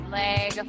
leg